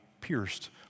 pierced